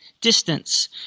distance